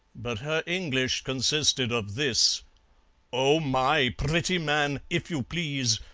but her english consisted of this oh my! pretty man, if you please,